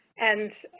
and,